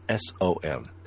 SOM